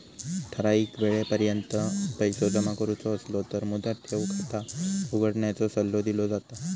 ठराइक येळेपर्यंत पैसो जमा करुचो असलो तर मुदत ठेव खाता उघडण्याचो सल्लो दिलो जाता